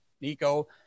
nico